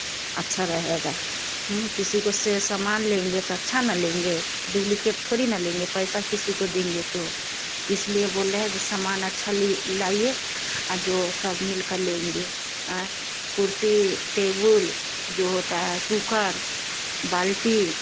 अच्छा रहेगा किसी को से सामान लेंगे तो अच्छा न लेंगे डुब्लिकेट थोड़ी न लेंगे पैसा किसी को देंगे तो इसलिए बोल रहे हैं जो सामान अच्छा लि लाईए और जो सब मिलकए लेंगे आएँ कुर्सी टेबुल जो होता है कूकर बाल्टी